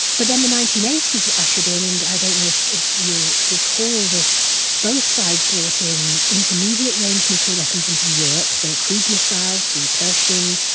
but then the nineteen eighty s were ushered in and i don't know if if you recall this both sides brought in intermediate range nuclear weapons into europe for the cruise missiles, the pershing,